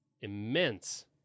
immense